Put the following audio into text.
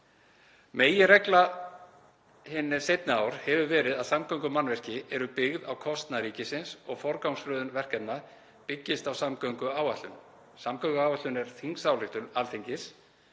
Meginreglan hin seinni ár hefur verið að samgöngumannvirki eru byggð á kostnað ríkisins og forgangsröðun verkefna byggist á samgönguáætlun. Samgönguáætlun er þingsályktun Alþingis